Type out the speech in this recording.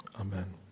amen